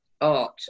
art